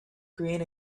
green